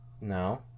No